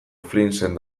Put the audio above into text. flinsen